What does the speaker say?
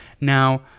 Now